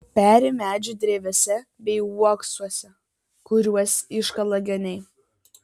peri medžių drevėse bei uoksuose kuriuos iškala geniai